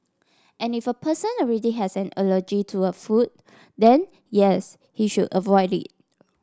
and if a person already has an allergy to a food then yes he should avoid it